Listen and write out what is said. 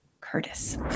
Curtis